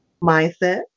Mindset